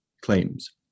claims